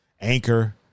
anchor